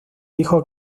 dijo